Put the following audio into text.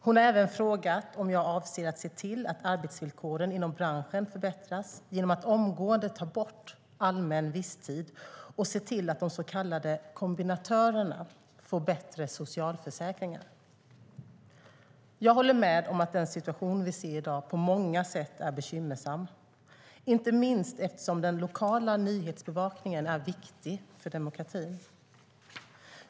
Hon har även frågat om jag avser att se till att arbetsvillkoren inom branschen förbättras genom att omgående ta bort allmän visstid och se till att de så kallade kombinatörerna får bättre socialförsäkringar. Jag håller med om att den situation vi ser i dag på många sätt är bekymmersam, inte minst eftersom den lokala nyhetsbevakningen är viktig för demokratin.